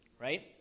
right